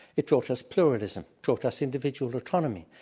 it taught us pluralism, taught us individual autonomy,